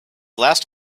last